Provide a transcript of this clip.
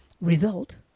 result